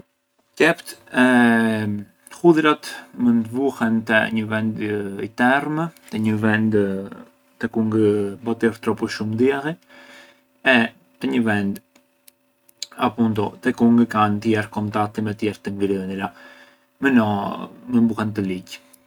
Qept e hudhërat mënd vuhen te një vend i term, te një vend te ku ngë batir troppu shumë dialli e te një vend, appuntu te ku ngë kanë tjerë contatti me tjerë të ngrënëra, më no mënd buhentë ligjë.